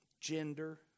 Gender